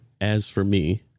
ASFORME